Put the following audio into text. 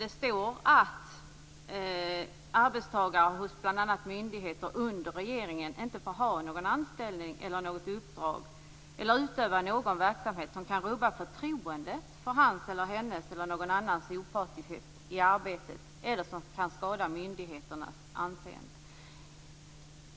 Det står att arbetstagare hos bl.a. myndigheter under regeringen inte får ha någon anställning eller något uppdrag eller utöva någon verksamhet som kan rubba förtroendet för hans eller hennes eller någon annans opartiskhet i arbetet eller som kan skada myndigheternas anseende.